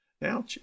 Now